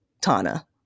Tana